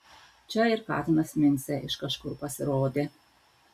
čia ir katinas mincė iš kažkur pasirodė